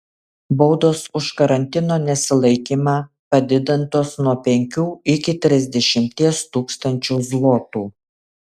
baudos už karantino nesilaikymą padidintos nuo penkių iki trisdešimties tūkstančių zlotų